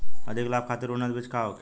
अधिक लाभ खातिर उन्नत बीज का होखे?